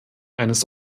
eines